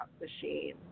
machine